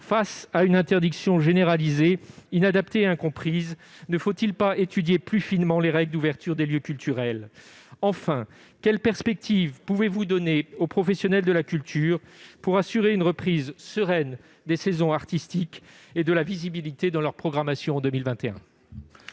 Face à une interdiction généralisée, inadaptée et incomprise, ne faut-il pas étudier plus finement les règles d'ouverture des lieux culturels ? Quelles perspectives pouvez-vous proposer aux professionnels de la culture pour assurer une reprise sereine des saisons artistiques et de la visibilité dans leur programmation en 2021 ?